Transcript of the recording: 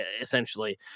essentially